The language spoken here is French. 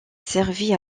servit